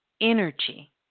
energy